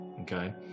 okay